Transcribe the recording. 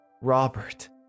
Robert